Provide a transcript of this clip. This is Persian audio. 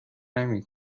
نمی